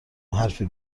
حرفی